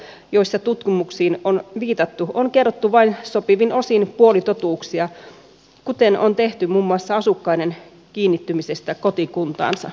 harvoissa kohdissa joissa tutkimuksiin on viitattu on kerrottu vain sopivin osin puolitotuuksia kuten on tehty muun muassa asukkaiden kiinnittymisestä kotikuntaansa